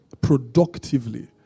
productively